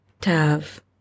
Tav